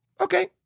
okay